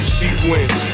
sequence